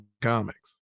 comics